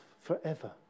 forever